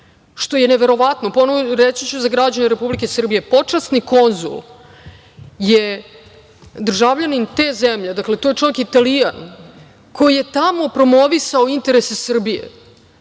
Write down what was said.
što je neverovatno. Reći ću za građane Republike Srbije, počasni konzul je državljanin te zemlje, dakle to je čovek Italijan koji je tamo promovisao interese Srbije,